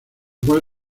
cual